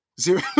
Zero